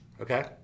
Okay